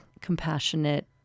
compassionate